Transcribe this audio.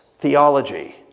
theology